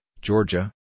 Georgia